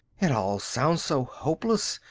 it all sounds so hopeless.